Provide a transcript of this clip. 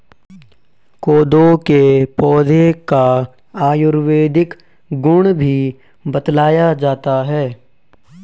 कोदो के पौधे का आयुर्वेदिक गुण भी बतलाया जाता है